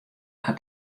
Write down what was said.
hat